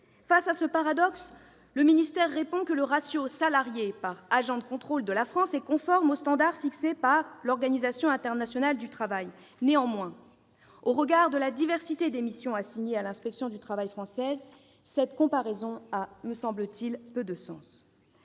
Face à ce paradoxe, le ministère répond que, en France, le ratio des salariés par rapport aux agents de contrôle est conforme au standard fixé par l'Organisation internationale du travail. Néanmoins, au regard de la diversité des missions assignées à l'inspection du travail française, cette comparaison a peu de sens.